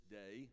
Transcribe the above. day